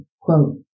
quote